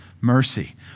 mercy